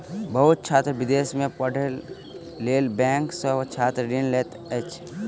बहुत छात्र विदेश में पढ़ैक लेल बैंक सॅ छात्र ऋण लैत अछि